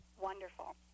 Wonderful